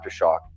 Aftershock